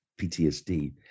PTSD